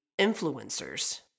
influencers